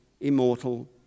immortal